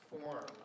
form